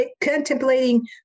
contemplating